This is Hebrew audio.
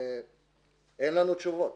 אין לנו תשובות.